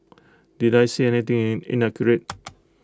did I say anything in inaccurate